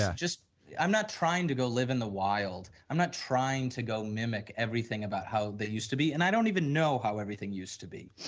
yeah just i'm not trying to go live in the wild, i'm not trying to go mimic everything about how they used to be and i don't even know how everything used to be.